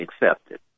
Accepted